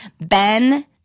Ben